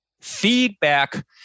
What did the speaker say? Feedback